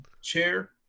chair